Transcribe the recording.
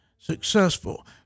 Successful